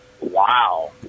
Wow